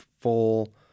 full—